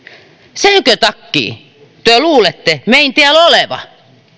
senkö takkii työ luulette mein tiäl oleva